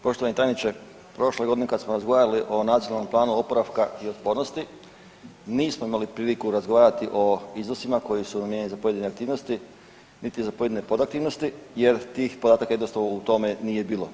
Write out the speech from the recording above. Poštovani tajniče, prošle godine kada smo razgovarali o Nacionalnom planu oporavka i otpornosti nismo imali priliku razgovarati o iznosima koji su namijenjeni za pojedine aktivnosti, niti za pojedine podaktivnosti jer tih podataka jednostavno u tome nije bilo.